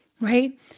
right